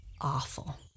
awful